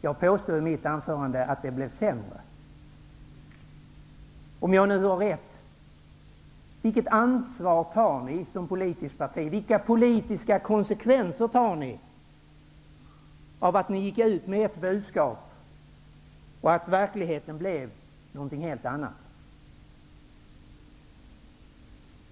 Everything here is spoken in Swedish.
Jag påstod i mitt anförande att det har blivit sämre. Om jag nu har rätt, vilket ansvar tar ni då som politiskt parti, vilka blir konsekvenserna för er del av att ni gick ut med ett budskap och att verkligheten blev någonting helt annat?